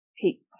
peak